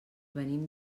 venim